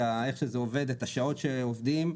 את איך שזה עובד והשעות שעובדים.